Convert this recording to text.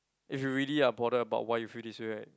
if you really are bothered about why you feel this way right